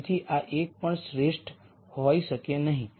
તેથી આ એક પણ શ્રેષ્ઠ હોઇ શકે નહીં